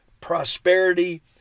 prosperity